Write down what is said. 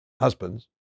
husbands